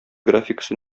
графикасы